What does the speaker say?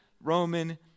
Roman